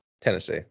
Tennessee